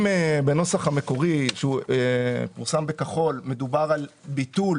אם בנוסח המקורי שפורסם בכחול מדובר על ביטול